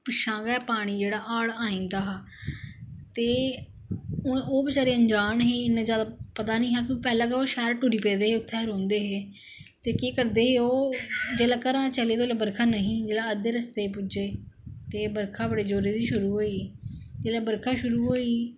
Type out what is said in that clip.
पिच्छा गै पानी जेहडा हाड़ आई जंदा हा ते ओह् बचारे अनजान हे इन्ने ज्यादा पता नेईं हा पैहलें गै ओह् शैल टुरी पेदे हे उत्थै रौंहदे है ते केह् करदे हे ओह् जिसले घरा चले ते उसलै बर्खा नेईं ही जिसलै अद्धे रस्ते पुज्जे बर्खा बडे़ जोरे दी शुरु होई गेई जिसले बर्खा शुरू होई